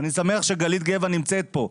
אני שמח שגלית גבע נמצאת פה,